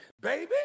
baby